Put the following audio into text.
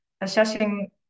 assessing